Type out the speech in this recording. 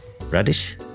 radish